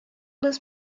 has